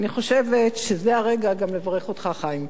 אני חושבת שזה הרגע גם לברך אותך, חיים.